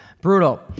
brutal